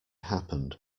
happened